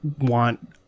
want